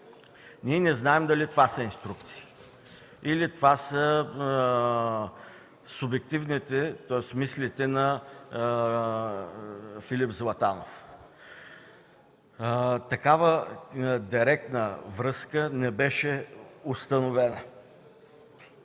Ние не знаем дали това са инструкции, или са мислите на Филип Златанов. Такава директна връзка не беше установена.